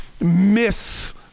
miss